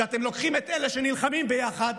כשאתם לוקחים את אלה שנלחמים ביחד,